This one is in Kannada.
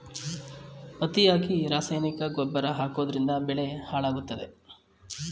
ಅತಿಯಾಗಿ ರಾಸಾಯನಿಕ ಗೊಬ್ಬರ ಹಾಕೋದ್ರಿಂದ ಬೆಳೆ ಹಾಳಾಗುತ್ತದೆ